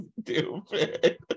stupid